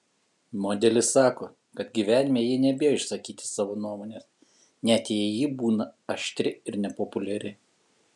modelis sako kad gyvenime ji nebijo išsakyti savo nuomonės net jei ji būna aštri ir nepopuliari